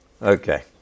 Okay